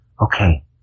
okay